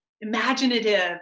imaginative